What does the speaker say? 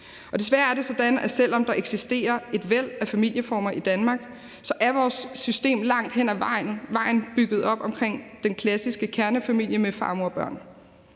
at vores system, selv om der eksisterer et væld af familieformer i Danmark, langt hen ad vejen er bygget op omkring den klassiske kernefamilie med far, mor og børn,